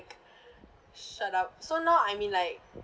shut up so now I mean like